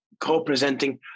co-presenting